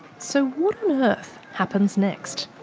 so what on earth happens next?